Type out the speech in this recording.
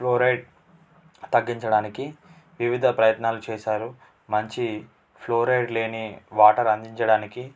fluoride తగ్గించడానికి వివిధ ప్రయత్నాలు చేశారు మంచి ఫ్లోరైడ్ లేని వాటర్ అందించడానికి